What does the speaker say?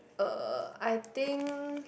uh I think